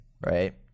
right